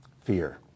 fear